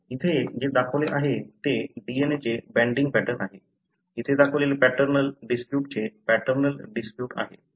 इथे जे दाखवले आहे ते DNA चे बँडिंग पॅटर्न आहे इथे दाखवलेले पॅटर्नल डिस्प्युटचे पॅटर्नल डिस्प्युट आहे